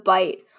Bite